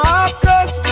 Marcus